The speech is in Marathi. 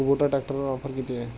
कुबोटा ट्रॅक्टरवर ऑफर किती आहे?